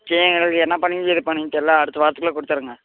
எங்களுக்கு என்ன பண்ணீங்க ஏது பண்ணுவீங்க தெரில அடுத்த வாரத்துக்குள்ளே கொடுத்துடுங்க